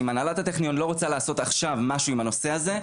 אם הנהלת הטכניון לא רוצה לעשות עכשיו משהו עם הנושא הזה,